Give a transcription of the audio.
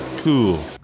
Cool